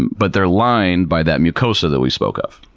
but they're lined by that mucosa that we spoke of.